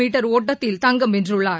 metre ஒட்டத்தில் தங்கம் வென்றுள்ளார்